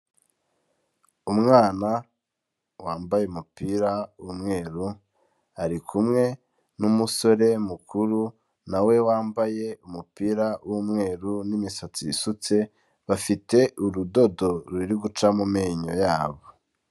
Umwana wambaye umupira w'umweru, ari kumwe n'umusore mukuru na we wambaye umupira w'umweru n'imisatsi isutse. Bafite urudodo ruri guca mu menyo yabo.